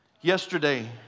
Yesterday